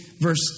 verse